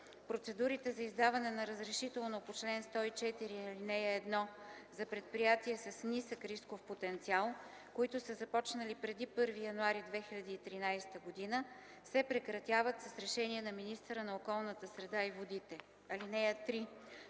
Процедурите за издаване на разрешително по чл. 104, ал. 1 за предприятия с нисък рисков потенциал, които са започнали преди 1 януари 2013 г., се прекратяват с решение на министъра на околната среда и водите.